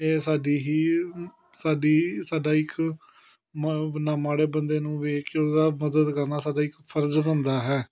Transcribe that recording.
ਇਹ ਸਾਡੀ ਹੀ ਸਾਡੀ ਸਾਡਾ ਇੱਕ ਮ ਨ ਮਾੜੇ ਬੰਦੇ ਨੂੰ ਵੇਖ ਕੇ ਉਹਦਾ ਮਦਦ ਕਰਨਾ ਸਾਡਾ ਇੱਕ ਫਰਜ਼ ਬਣਦਾ ਹੈ